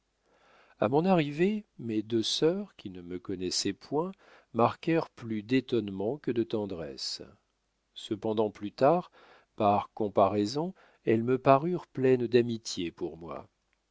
a mon arrivée mes deux sœurs qui ne me connaissaient point marquèrent plus d'étonnement que de tendresse cependant plus tard par comparaison elles me parurent pleines d'amitié pour moi